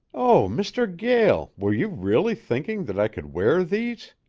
oh, mr. gael, were you really thinking that i could wear these?